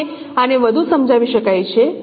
હવે આને વધુ સમજાવી શકાય છે